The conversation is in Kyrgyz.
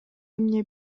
эмне